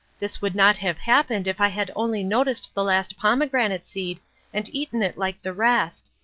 this would not have happened if i had only noticed the last pomegranate seed and eaten it like the rest.